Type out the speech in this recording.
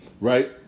right